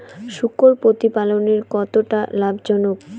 শূকর প্রতিপালনের কতটা লাভজনক?